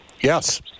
Yes